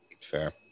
Fair